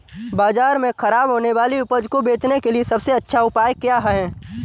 बाज़ार में खराब होने वाली उपज को बेचने के लिए सबसे अच्छा उपाय क्या हैं?